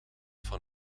van